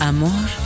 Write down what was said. Amor